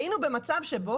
היינו במצב שבו,